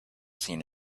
seen